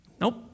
Nope